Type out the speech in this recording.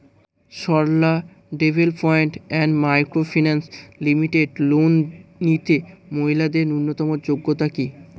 Sarala development and micro finance limited loan নিতে মহিলাদের ন্যূনতম যোগ্যতা কী?